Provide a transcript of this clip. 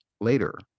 later